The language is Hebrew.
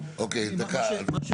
אוקיי, דקה.